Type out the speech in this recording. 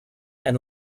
and